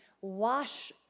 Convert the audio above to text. wash